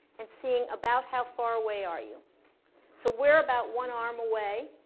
and seeing about how far away are you so we're about one arm away,